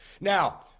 Now